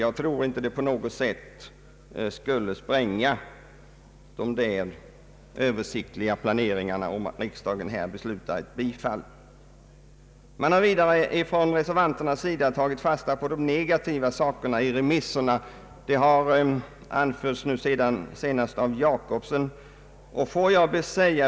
Jag tror inte att ett bifall till utskottets förslag på något sätt skulle spränga de översiktliga planer som det här gäller. Reservanterna har vidare tagit fasta på de negativa delarna i remissvaren, vilket har påpekats senast av herr Jacobsson.